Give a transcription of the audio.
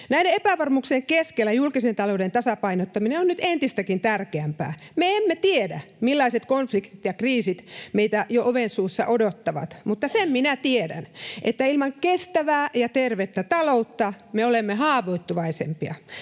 Näiden epävarmuuksien keskellä julkisen talouden tasapainottaminen on nyt entistäkin tärkeämpää. Me emme tiedä, millaiset konfliktit ja kriisit meitä jo ovensuussa odottavat. Mutta sen minä tiedän, että ilman kestävää ja tervettä taloutta me olemme haavoittuvaisempia.